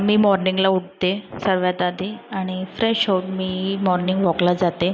मी मॉर्निंगला उठते सगळ्यात आधी आणि फ्रेश होऊन मी मॉर्निंग वॉकला जाते